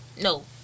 No